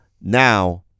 now